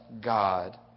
God